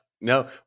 No